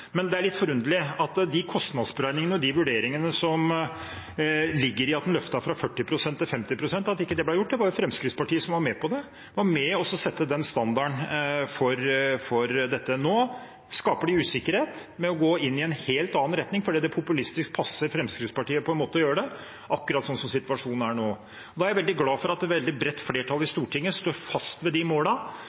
Det er litt forunderlig at de kostnadsberegningene og vurderingene som ligger i at en løftet fra 40 pst. til 50 pst., ikke ble gjort. Fremskrittspartiet var med på det – de var med på å sette den standarden for dette. Nå skaper de usikkerhet ved å gå i en helt annen retning fordi det populistisk passer Fremskrittspartiet å gjøre det, akkurat sånn situasjonen er nå. Da er jeg veldig glad for at et veldig bredt flertall i Stortinget står fast ved de